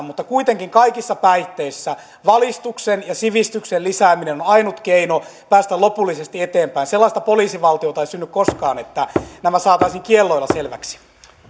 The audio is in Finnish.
mutta kuitenkin kaikissa päihteissä valistuksen ja sivistyksen lisääminen ovat ainoita keinoja päästä lopullisesti eteenpäin sellaista poliisivaltiota ei synny koskaan että nämä saataisiin kielloilla selväksi